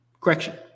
correction